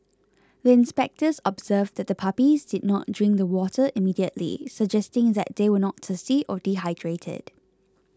the inspectors observed that the puppies did not drink the water immediately suggesting that they were not thirsty or dehydrated